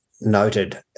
noted